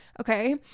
Okay